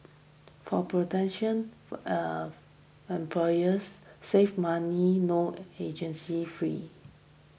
for potential eh employers save money no agency fees